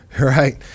Right